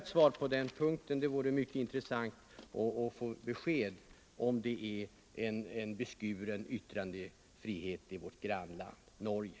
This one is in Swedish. Det vore myc Ansvar för ekono = ket intressant att få ett besked om herr Ahlmark anser att det råder bemiskt förtal skuren yttrandefrihet i vårt grannland Norge.